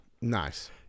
Nice